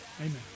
amen